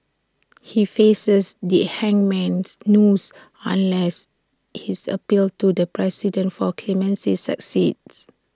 he faces the hangman's noose unless his appeal to the president for clemency succeeds